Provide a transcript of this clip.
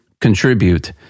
contribute